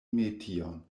metion